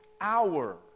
hour